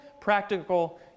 practical